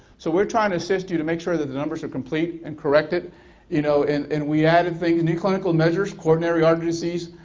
so we are trying to assist you to make sure that the numbers are complete and corrected you know and and we added things, new clinical measures, coronary heart disease,